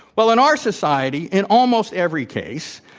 well, in our society, in almost every case,